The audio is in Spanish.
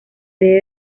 sede